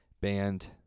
Band